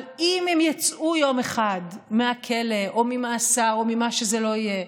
אבל אם הם יצאו יום אחד מהכלא או ממאסר או ממה שזה לא יהיה,